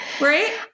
Right